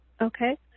Okay